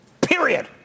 Period